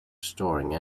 storing